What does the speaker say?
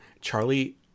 Charlie